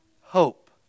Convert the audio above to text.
hope